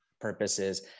purposes